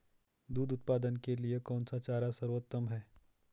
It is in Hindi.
दूध उत्पादन के लिए कौन सा चारा सर्वोत्तम है?